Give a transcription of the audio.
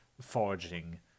forging